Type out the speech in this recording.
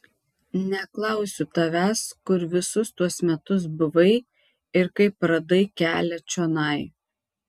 neklausiu tavęs kur visus tuos metus buvai ir kaip radai kelią čionai